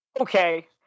Okay